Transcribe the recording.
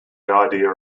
idea